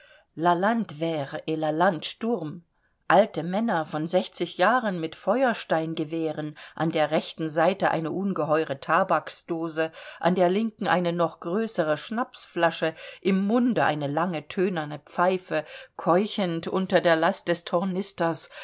la landwehr et la landsturm alte männer von jahren mit feuersteingewehren an der rechten seite eine ungeheure tabaksdose an der linken eine noch größere schnapsflasche im munde eine lange thönerne pfeife keuchend unter der last des tornisters